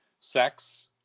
sex